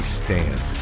stand